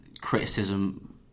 criticism